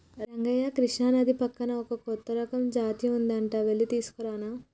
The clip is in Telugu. రంగయ్య కృష్ణానది పక్కన ఒక కొత్త రకం జాతి ఉంది అంట వెళ్లి తీసుకురానా